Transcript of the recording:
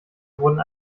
wurden